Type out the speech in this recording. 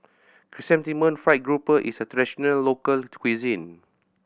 Chrysanthemum Fried Grouper is a traditional local cuisine